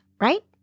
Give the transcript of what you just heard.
right